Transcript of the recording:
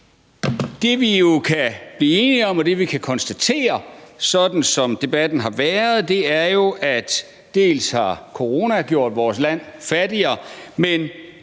det, som vi kan konstatere, sådan som debatten har været, er, at dels har coronaen gjort vores land fattigere, dels